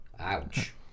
ouch